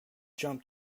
jump